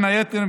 בין היתר,